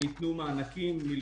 המכללות האקדמיות הציבוריות העמידו